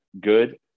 good